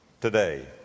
today